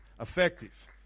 effective